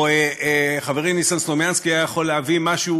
או חברי ניסן סלומינסקי היה יכול להביא משהו